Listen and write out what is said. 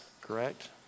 correct